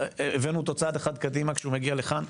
הבאנו אותו צעד אחד קדימה כשהוא מגיע לכאן.